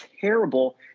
terrible